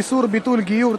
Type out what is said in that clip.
איסור ביטול גיור),